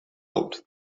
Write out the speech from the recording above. oud